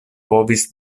povis